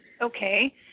Okay